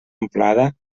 amplada